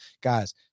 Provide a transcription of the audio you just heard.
guys